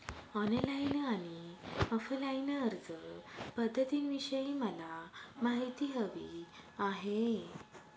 online आणि offline अर्जपध्दतींविषयी मला माहिती हवी आहे